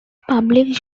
public